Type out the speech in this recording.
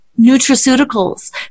nutraceuticals